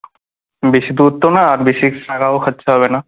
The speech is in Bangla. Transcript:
বেশি দূর তো না আর বেশি টাকাও খরচা হবে না